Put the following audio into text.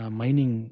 mining